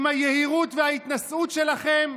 עם היהירות וההתנשאות שלכם,